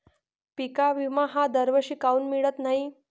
पिका विमा हा दरवर्षी काऊन मिळत न्हाई?